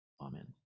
Amen